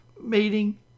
meeting